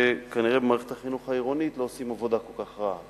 שכנראה במערכת החינוך העירונית לא עושים עבודה כל כך רעה,